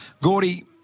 Gordy